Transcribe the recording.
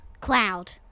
Cloud